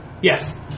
Yes